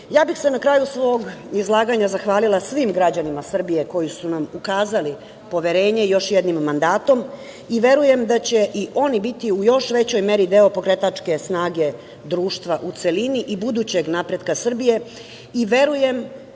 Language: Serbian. bih se na kraju svog izlaganja zahvalila svim građanima Srbije koji su nam ukazali poverenje još jednim mandatom i verujem da će i oni biti u još većoj meri deo pokretačke snage društva u celini i budućeg napretka Srbije i verujem